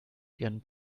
ihren